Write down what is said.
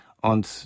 Und